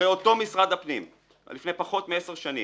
הרי אותו משרד הפנים, לפני פחות מעשר שנים,